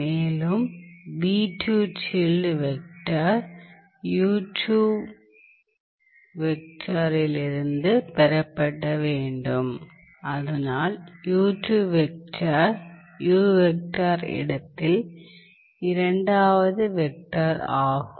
மேலும் வெக்டர் இலிருந்து பெறப்பட்ட வேண்டும் அதனால் வெக்டர் இடத்தில் இரண்டாவது வெக்டர் ஆகும்